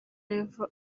level